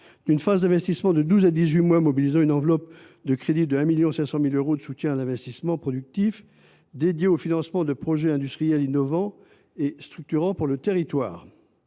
une phase d’investissement sur douze à dix huit mois, mobilisant une enveloppe de crédits de 1,5 million d’euros de soutien à l’investissement productif dédiée au financement de projets industriels innovants et structurants pour le territoire.